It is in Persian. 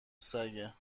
سگه